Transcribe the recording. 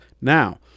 now